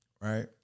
right